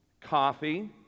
coffee